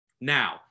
Now